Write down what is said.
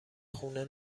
خونه